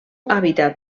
hàbitat